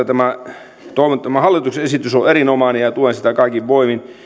tämä hallituksen esitys on erinomainen ja tuen sitä kaikin voimin